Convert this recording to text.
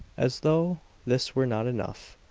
as though this were not enough,